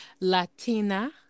Latina